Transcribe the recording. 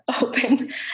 open